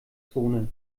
zone